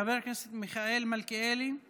חבר הכנסת מיכאל מלכיאלי,